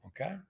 Okay